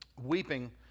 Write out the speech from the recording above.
weeping